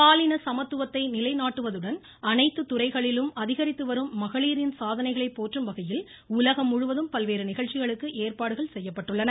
பாலின சமத்துவத்தை நிலைநாட்டுவதுடன் அனைத்து துறைகளிலும் அதிகரித்து வரும் மகளிரின் சாதனைகளை போற்றும் வகையில் உலகம் முழுவதும் பல்வேறு நிகழ்ச்சிகளுக்கு ஏற்பாடுகள் செய்யப்பட்டுள்ளன